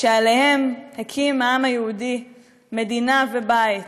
שעליהם הקים העם היהודי מדינה ובית.